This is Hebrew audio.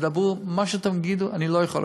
תדברו מה שאתם תדברו, אני לא יכול לפתוח.